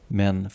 men